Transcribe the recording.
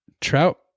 trout